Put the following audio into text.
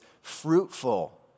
fruitful